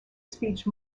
speech